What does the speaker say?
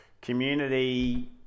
community